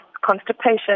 constipation